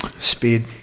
Speed